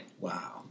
Wow